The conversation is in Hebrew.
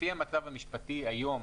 לפי המצב המשפטי היום,